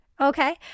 Okay